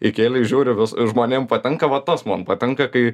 įkėlei žiūri vis ir žmonėm patinka vat tas man patinka kai